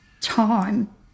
time